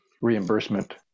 reimbursement